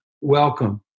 Welcome